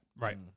Right